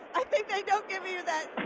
i think they don't give you that